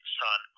son